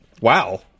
wow